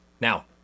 now